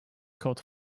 caught